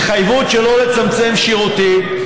מצביעים?